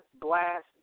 Blast